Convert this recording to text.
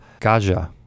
Gaja